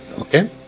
Okay